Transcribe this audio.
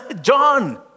John